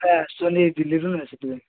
ହେ ଆସୁଛନ୍ତି ଦିଲ୍ଲୀରୁ ନା ସେଥିପାଇଁ